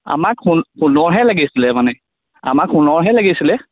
আমাক সোণৰহে লাগিছিলে মানে আমাক সোণৰহে লাগিছিলে